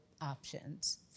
options